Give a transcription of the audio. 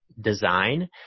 design